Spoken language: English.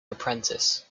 apprentice